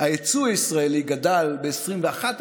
היצוא הישראלי גדל ב-21%,